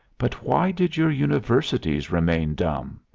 but why did your universities remain dumb?